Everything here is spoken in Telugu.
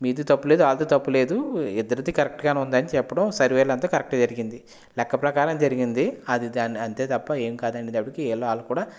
మీది తప్పులేదు వాళ్ళది తప్పులేదు ఇద్దరిదీ కరెక్ట్గానే ఉందని చెప్పడం సర్వేయర్లు అంతా కరెక్టుగా జరిగింది లెక్క ప్రకారం జరిగింది అది దాని అంతే తప్ప ఏమి కాదు అనేటపడికి వీళ్ళు వాళ్ళు కూడా